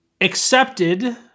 accepted